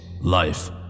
life